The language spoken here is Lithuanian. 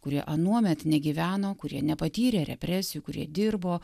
kurie anuomet negyveno kurie nepatyrė represijų kurie dirbo